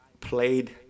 played